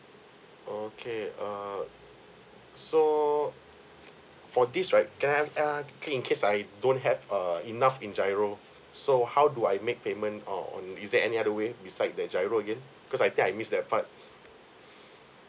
okay err so for this right can I err in case I don't have err enough in giro so how do I make payment or on is there any other way beside the giro again cause I think I miss that part